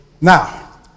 Now